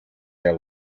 their